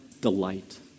delight